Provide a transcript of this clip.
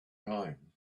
time